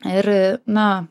ir na